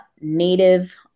native